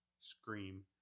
scream